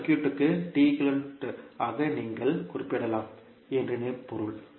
இந்த சர்க்யூட்க்கு T equivalent ஆக நீங்கள் குறிப்பிடலாம் என்று பொருள்